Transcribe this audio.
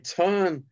turn